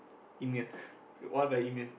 E-mail one of our E-mail